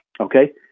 Okay